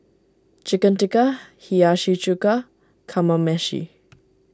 Chicken Tikka Hiyashi Chuka Kamameshi